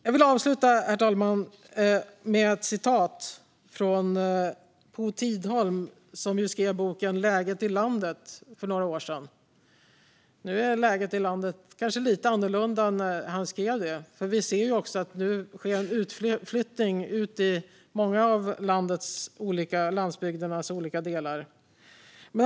Jag vill avsluta med ett citat från Po Tidholm, som skrev boken Läget i landet för några år sedan. Nu är läget i landet kanske lite annorlunda än när han skrev sin bok. I dag ser vi ju att det sker en utflyttning i många av landets olika landsbygder.